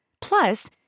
Plus